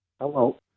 hello